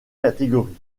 catégories